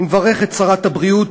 אני מברך את שרת הבריאות,